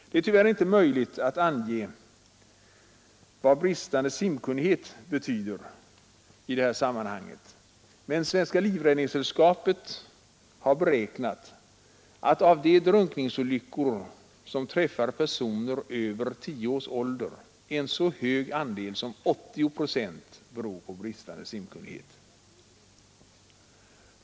Det är tyvärr inte möjligt att ange vad bristande simkunnighet betyder i sammanhanget, men Svenska livräddningssällskapet har beräknat att av de drunkningsolyckor som drabbar personer över tio års ålder en så hög andel som 80 procent beror på bristande simkunnighet.